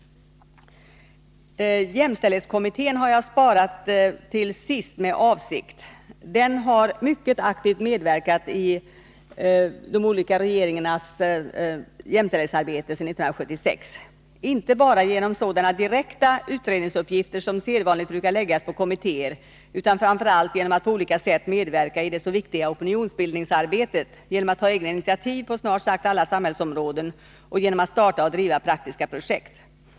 Jämställdhetskommittén har jag med avsikt sparat till sist. Den har mycket aktivt medverkat i de olika regeringarnas jämställdhetsarbete sedan 1976. Det har inte bara skett genom sådana direkta utredningsuppgifter som sedvanligt brukar läggas på kommittéer utan framför allt genom att kommittén på olika sätt medverkat i det så viktiga opinionsbildningsarbetet, tagit egna initiativ på snart sagt alla samhällsområden och startat och drivit praktiska projekt.